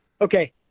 Okay